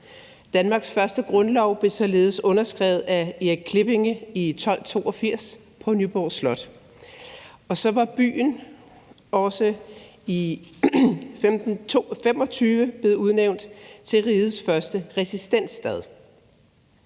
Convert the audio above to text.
Danmarks første grundlov blev således underskrevet af Erik Klipping i år 1282 på Nyborg Slot. Så blev byen i 1525 udnævnt til rigets første residensstad,